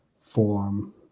form